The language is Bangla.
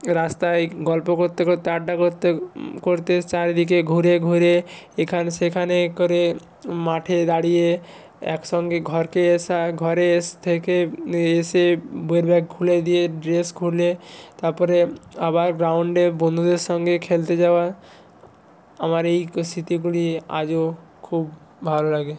রাস্তায় গল্প করতে করতে আড্ডা করতে করতে চারিদিকে ঘুরে ঘুরে এখানে সেখানে করে মাঠে দাঁড়িয়ে একসঙ্গে ঘরকে এসা ঘরে এস থেকে এসে বইয়ের ব্যাগ খুলে দিয়ে ড্রেস খুলে তারপরে আবার গ্রাউন্ডে বন্ধুদের সঙ্গে খেলতে যাওয়া আমার এই ক স্মৃতিগুলি আজও খুব ভালো লাগে